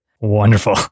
wonderful